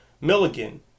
Milligan